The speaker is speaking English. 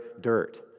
dirt